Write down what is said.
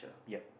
yep